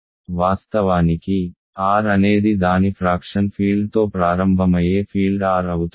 వాస్తవానికి R అనేది దాని ఫ్రాక్షన్ ఫీల్డ్తో ప్రారంభమయ్యే ఫీల్డ్ R అవుతుంది